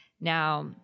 Now